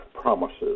promises